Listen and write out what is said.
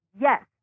yes